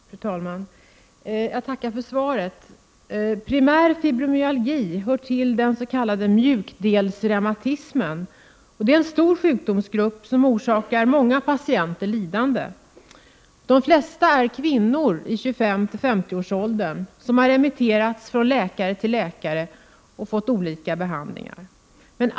Fru talman! Jag tackar för svaret. Primär fibromyalgi hör till den s.k. mjukdelsreumatismen. Det är en stor sjukdomsgrupp, som orsakar många patienter lidande. De flesta är kvinnor i 25—50 års ålder, som har remitterats från läkare till läkare och fått olika behandlingar.